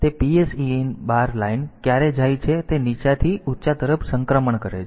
તેથી PSEN bar line ક્યારે જાય છે તે નીચાથી ઉચ્ચ તરફ સંક્રમણ કરે છે